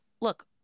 look